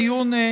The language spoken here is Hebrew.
דיון.